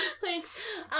Thanks